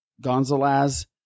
Gonzalez